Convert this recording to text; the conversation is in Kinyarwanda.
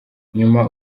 nyuma